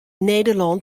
nederlân